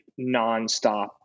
nonstop